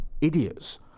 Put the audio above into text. idiots